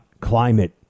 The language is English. climate